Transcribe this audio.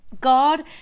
God